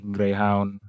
Greyhound